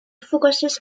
focuses